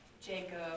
Jacob